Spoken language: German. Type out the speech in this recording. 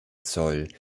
zoll